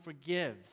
forgives